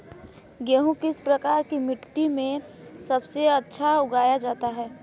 गेहूँ किस प्रकार की मिट्टी में सबसे अच्छा उगाया जाता है?